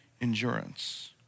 endurance